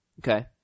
Okay